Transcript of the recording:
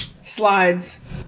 slides